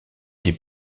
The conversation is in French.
des